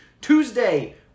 Tuesday